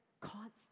constant